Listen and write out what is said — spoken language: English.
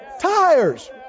Tires